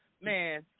man